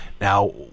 Now